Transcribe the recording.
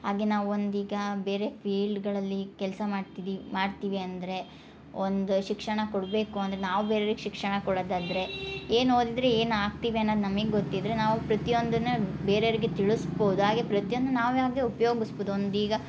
ಹಾಗೆ ನಾವೊಂದು ಈಗ ಬೇರೆ ಫೀಲ್ಡ್ಗಳಲ್ಲಿ ಕೆಲಸ ಮಾಡ್ತಿದ್ದೀವಿ ಮಾಡ್ತೀವಿ ಅಂದರೆ ಒಂದು ಶಿಕ್ಷಣ ಕೊಡಬೇಕು ಅಂದ್ರೆ ನಾವು ಬೇರೆಯವ್ರಿಗೆ ಶಿಕ್ಷಣ ಕೊಡೋದಾದರೆ ಏನು ಓದಿದ್ದರೆ ಏನು ಆಗ್ತಿವಿ ಅನ್ನೋದು ನಮಗೆ ಗೊತ್ತಿದ್ರೆ ನಾವು ಪ್ರತಿಯೊಂದನ್ನು ಬೇರೆಯವರಿಗೆ ತಿಳಸ್ಬೋದು ಹಾಗೆ ಪ್ರತಿಯೊಂದ್ನು ನಾವೇ ಹಾಗೆ ಉಪ್ಯೋಗಿಸ್ಬೋದು ಒಂದು ಈಗ